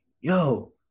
yo